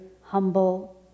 humble